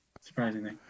Surprisingly